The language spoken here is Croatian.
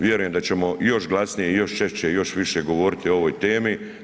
Vjerujem da ćemo još glasnije, još češće i još više govoriti o ovoj temi.